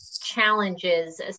challenges